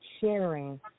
sharing